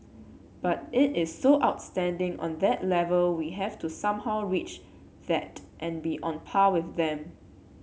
but it is so outstanding on that level we have to somehow reach that and be on par with them